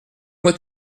moi